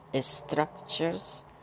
structures